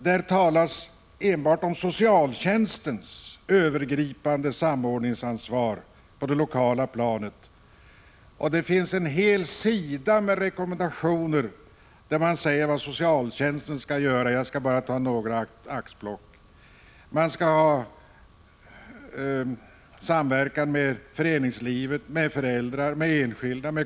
Där talas enbart om socialtjänstens övergripande samordningsansvar på det lokala planet. Det finns en hel sida med rekommendationer av vad socialtjänsten skall göra — jag skall bara göra ett axplock ur den. Man skall ha samverkan med föreningslivet, med föräldrar och enskilda.